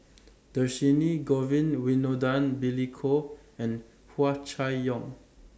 Dhershini Govin Winodan Billy Koh and Hua Chai Yong